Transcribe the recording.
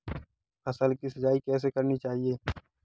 फसल की सिंचाई कैसे करनी चाहिए?